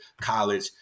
college